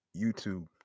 YouTube